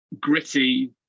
gritty